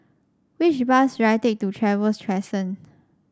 which bus should I take to Trevose Crescent